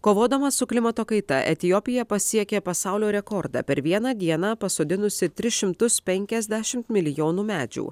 kovodama su klimato kaita etiopija pasiekė pasaulio rekordą per vieną dieną pasodinusi tris šimtus penkiasdešim milijonų medžių